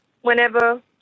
whenever